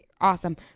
awesome